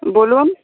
বলুন